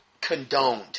condoned